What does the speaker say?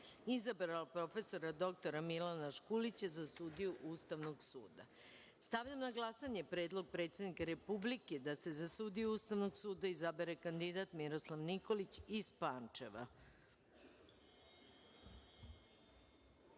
izabrala prof. dr Milana Škulića za sudiju Ustavnog suda. Stavljam na glasanje Predlog predsednika Republike da se za sudiju Ustavnog suda izabere kandidat Miroslav Nikolić iz